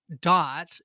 dot